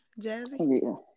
Jazzy